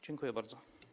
Dziękuję bardzo.